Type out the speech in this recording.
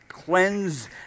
cleanse